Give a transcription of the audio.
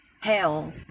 hell